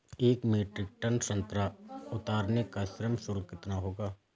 एक metric ton संतरा उतारने का श्रम शुल्क कितना होगा?